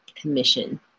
Commission